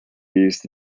used